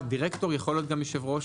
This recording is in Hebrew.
דירקטור יכול להיות גם יושב-ראש.